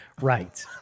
Right